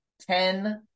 ten